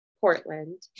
Portland